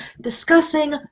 Discussing